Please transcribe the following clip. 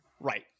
Right